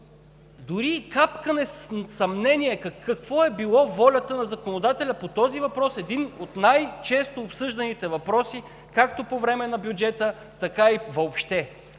дори и капка съмнение каква е била волята на законодателя по този въпрос? Един от най-често обсъжданите въпроси както по време на бюджета, така и въобще.